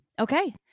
Okay